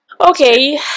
okay